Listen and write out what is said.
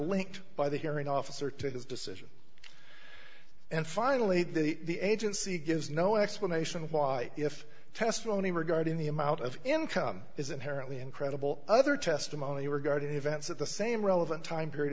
linked by the hearing officer to his decision and finally the agency gives no explanation why if testimony regarding the amount of income is inherently incredible other testimony regarding events at the same relevant time period